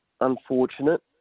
unfortunate